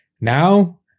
now